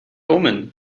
omen